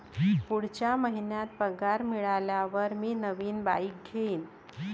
पुढच्या महिन्यात पगार मिळाल्यावर मी नवीन बाईक घेईन